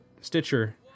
Stitcher